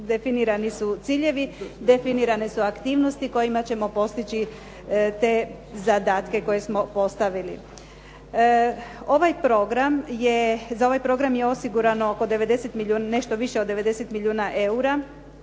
definirani su ciljevi, definirane su aktivnosti kojima ćemo postići te zadatke koje smo postavili. Za ovaj program je osigurano nešto više od 90 milijuna eura,